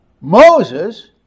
Moses